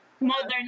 modern